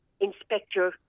inspector